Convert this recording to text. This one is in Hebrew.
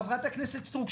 חברת הכנסת סטרוק,